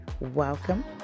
Welcome